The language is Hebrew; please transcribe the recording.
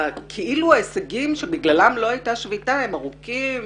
הכאילו הישגים שבגללם לא הייתה שביתה הם ארוכים,